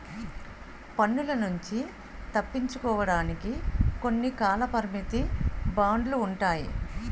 పన్నుల నుంచి తప్పించుకోవడానికి కొన్ని కాలపరిమిత బాండ్లు ఉంటాయి